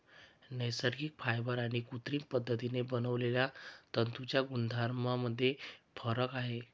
नैसर्गिक फायबर आणि कृत्रिम पद्धतीने बनवलेल्या तंतूंच्या गुणधर्मांमध्ये फरक आहे